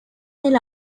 del